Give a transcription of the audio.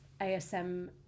ASM